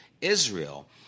Israel